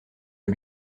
que